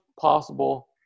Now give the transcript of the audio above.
possible